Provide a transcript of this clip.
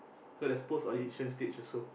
so there's post audition stage also